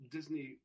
Disney